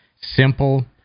simple